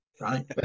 Right